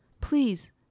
please